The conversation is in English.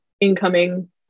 incoming